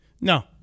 No